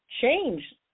change